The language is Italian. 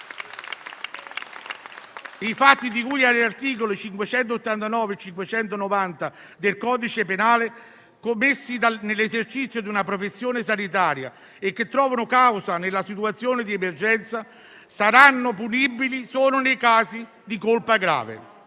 i fatti di cui agli articoli 589 e 590 del codice penale commessi nell'esercizio di una professione sanitaria e che trovano causa nella situazione di emergenza saranno punibili solo nei casi di colpa grave.